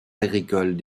agricoles